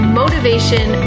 motivation